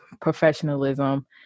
professionalism